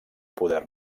poder